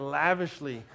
lavishly